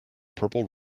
purple